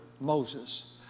Moses